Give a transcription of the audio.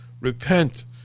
repent